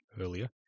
earlier